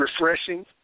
refreshing